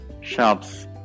shops